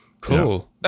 cool